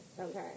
Okay